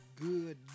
good